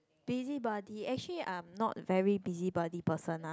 busybody actually I'm not very busybody person ah